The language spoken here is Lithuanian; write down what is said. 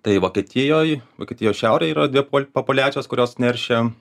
tai vokietijoj vokietijos šiaurėj yra dvi po populiacijos kurios neršia